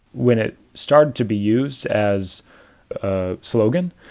when it started to be used as a slogan,